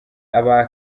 aba